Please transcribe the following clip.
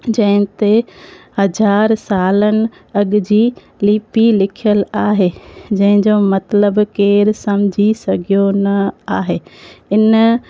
जंहिंते हज़ार सालनि अॻिजी लिपी लिखियल आहे जंहिंजो मतलबु केर समुझी सघियो न आहे हिन